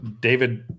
David